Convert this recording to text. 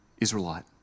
Israelite